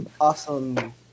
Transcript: Awesome